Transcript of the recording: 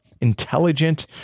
intelligent